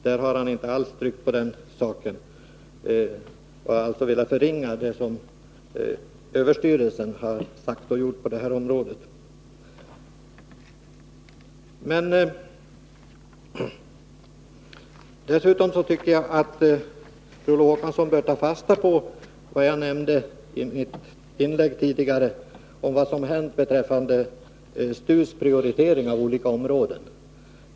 Där har man inte alls tryckt på den aspekten, utan velat förringa det som överstyrelsen för ekonomiskt försvar har sagt och gjort på detta område. Jag tycker att Per Olof Håkansson bör ta fasta på vad jag nämnde i mitt tidigare inlägg om vad som har hänt beträffande STU:s prioritering av olika områden.